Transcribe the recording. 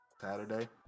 Saturday